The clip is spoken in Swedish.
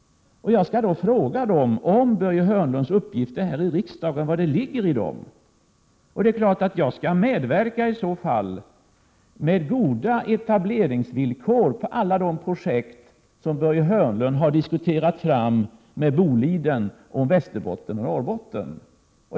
Jag skall då fråga dem vad det ligger i Börje Hörnlunds uppgifter här i riksdagen. Och det är klart att jag i så fall skall medverka med goda etableringsvillkor för alla de projekt som Börje Hörnlund har diskuterat fram med Boliden i fråga om Västerbotten och Norrbotten.